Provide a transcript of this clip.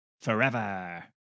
Forever